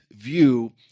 view